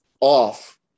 off